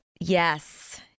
Yes